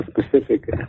Specific